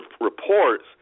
reports